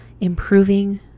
improving